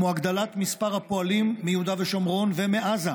כמו הגדלת מספר הפועלים מיהודה ושומרון ומעזה,